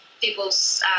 people's